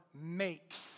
makes